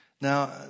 Now